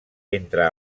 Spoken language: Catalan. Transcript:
entre